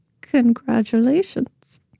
congratulations